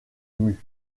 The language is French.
mue